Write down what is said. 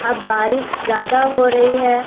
اب بارش زیادہ ہو رہی ہے